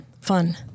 fun